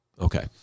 Okay